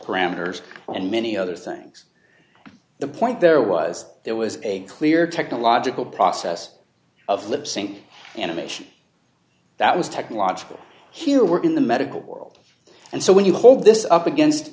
parameters and many other things the point there was there was a clear technological process of lip sync and image that was technological here work in the medical world and so when you hold this up against